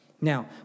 Now